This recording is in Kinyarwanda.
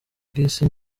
bw’isi